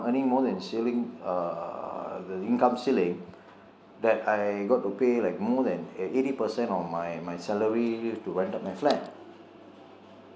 earning more than ceiling uh the income ceiling that I got to pay like more than eighty percent on my my salary to rent out my flat